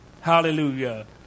Hallelujah